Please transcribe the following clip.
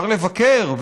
מותר לבקר,